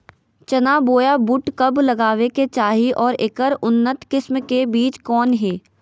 चना बोया बुट कब लगावे के चाही और ऐकर उन्नत किस्म के बिज कौन है?